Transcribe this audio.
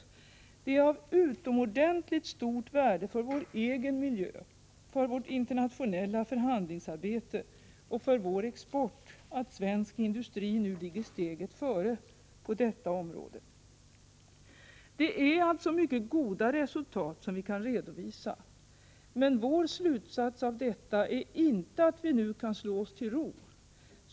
Det är av utomordentligt stort värde för vår egen miljö, för vårt internationella förhandlingsarbete och för vår export att svensk industri nu ligger steget före på detta område. Det är alltså mycket goda resultat som vi kan redovisa. Men vår slutsats av detta är inte att vi nu kan slå oss till ro.